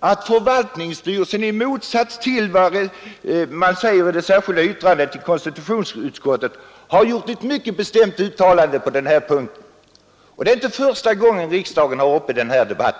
att förvaltningsstyrelsen, i motsats till vad man anför i det särskilda yttrandet till konstitutionsutskottet, har gjort ett mycket bestämt uttalande på denna punkt. Det är för övrigt inte första gången riksdagen har denna fråga uppe till debatt.